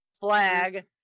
flag